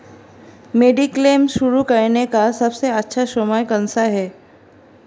Mediclaim शुरू करने का सबसे अच्छा समय कौनसा है?